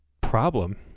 problem